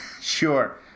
Sure